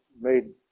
made